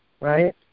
Right